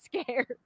scared